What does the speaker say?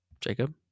Jacob